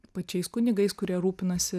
pačiais kunigais kurie rūpinasi